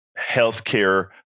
healthcare